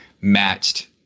matched